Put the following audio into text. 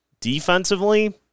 defensively